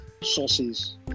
sources